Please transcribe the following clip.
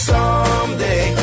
Someday